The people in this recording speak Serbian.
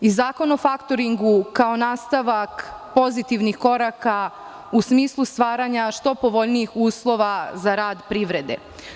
Zakon o faktoringu kao nastavak pozitivnih koraka u smislu stvaranja što povoljnijih uslova za rad privrede.